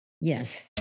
Yes